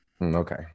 Okay